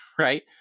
right